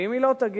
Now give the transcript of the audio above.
ואם היא לא תגיע,